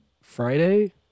Friday